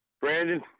Brandon